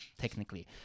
technically